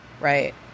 right